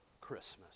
Christmas